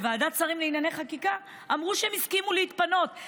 בוועדת שרים לענייני חקיקה אמרו שהם הסכימו להתפנות,